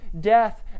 death